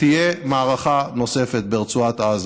תהיה מערכה נוספת ברצועת עזה.